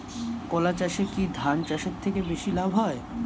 কলা চাষে কী ধান চাষের থেকে বেশী লাভ হয়?